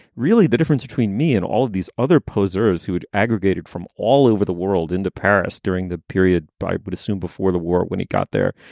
really the difference between me and all these other posers who had aggregated from all over the world into paris during the period. would but assume before the war when he got there.